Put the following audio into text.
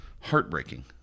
heartbreaking